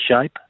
shape